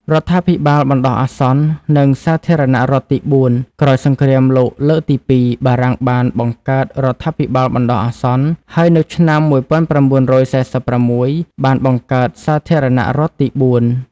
រដ្ឋាភិបាលបណ្តោះអាសន្ន និងសាធារណរដ្ឋទីបួន ក្រោយសង្គ្រាមលោកលើកទី២ បារាំងបានបង្កើតរដ្ឋាភិបាលបណ្តោះអាសន្ន ហើយនៅឆ្នាំ ១៩៤៦ បានបង្កើត សាធារណរដ្ឋទីបួន។